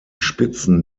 spitzen